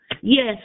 Yes